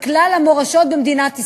לכלל המורשות במדינת ישראל,